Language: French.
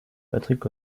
patrick